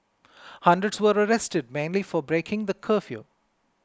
hundreds were arrested mainly for breaking the curfew